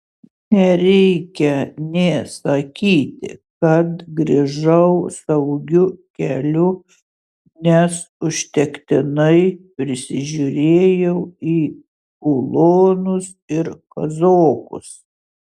nereikia nė sakyti kad grįžau saugiu keliu nes užtektinai prisižiūrėjau į ulonus ir kazokus